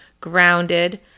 grounded